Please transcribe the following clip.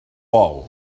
vol